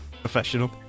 professional